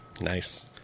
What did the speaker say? Nice